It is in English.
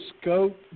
scope